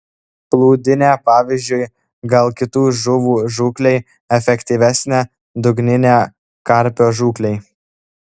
plūdinė pavyzdžiui gal kitų žuvų žūklei efektyvesnė dugninė karpio žūklei